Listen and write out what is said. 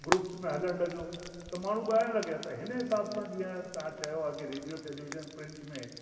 groups में हलणु लॻियो त माण्हू ॻाइणु लॻिया त हिन हिसाब सां जीअं तव्हां चयो आहे की रेडियो टेलीविज़न प्रिंट में